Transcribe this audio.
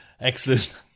Excellent